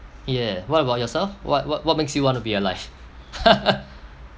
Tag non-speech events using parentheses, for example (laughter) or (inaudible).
yeah what about yourself what what what makes you want to be alive (laughs)